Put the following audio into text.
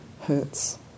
Hurts